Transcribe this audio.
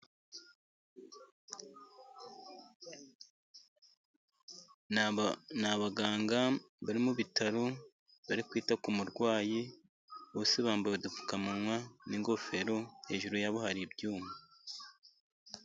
Ni abaganga bari mu bitaro, bari kwita ku murwayi. Bose bambaye udupfukamunwa n'ingofero, hejuru yabo hari ibyuma.